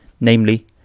namely